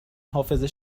حافظه